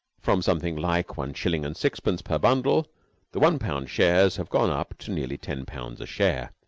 from something like one shilling and sixpence per bundle the one pound shares have gone up to nearly ten pounds a share,